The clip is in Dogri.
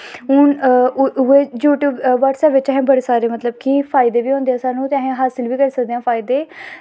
हून उ'ऐ यूटयूब ब्हाटसैप बिच्च बड़े सारे मतलब कि फायदे बी होंदे सानूं ते हासल बी करी सकदे आं फायदे